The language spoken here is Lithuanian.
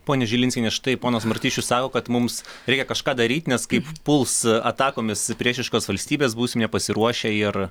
ponia žilinskiene štai ponas martišius sako kad mums reikia kažką daryt nes kaip puls atakomis priešiškos valstybės būsim nepasiruošę ir